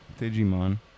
Digimon